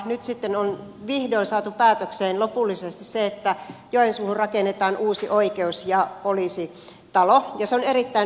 nyt sitten on vihdoin saatu päätökseen lopullisesti se että joensuuhun rakennetaan uusi oikeus ja poliisitalo ja se on erittäin hyvä